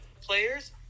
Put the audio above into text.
players